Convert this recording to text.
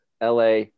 LA